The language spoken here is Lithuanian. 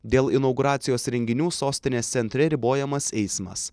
dėl inauguracijos renginių sostinės centre ribojamas eismas